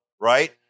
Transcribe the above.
Right